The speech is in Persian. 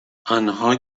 آنها